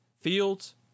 Fields